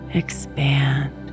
expand